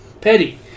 Petty